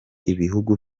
ibihugu